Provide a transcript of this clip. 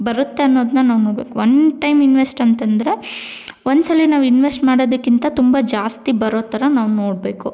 ಬರುತ್ತೆ ಅನ್ನೋದನ್ನ ನಾವು ನೋಡಬೇಕು ಒನ್ ಟೈಮ್ ಇನ್ವೆಸ್ಟ್ ಅಂತಂದರೆ ಒಂದ್ಸಲ ನಾವು ಇನ್ವೆಸ್ಟ್ ಮಾಡೋದಕ್ಕಿಂತ ತುಂಬ ಜಾಸ್ತಿ ಬರೋ ಥರ ನಾವು ನೋಡಬೇಕು